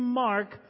mark